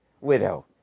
widow